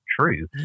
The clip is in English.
true